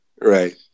Right